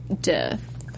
death